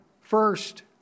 first